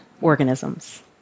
organisms